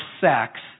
sex